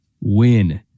win